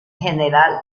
general